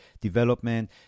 development